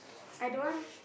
I don't want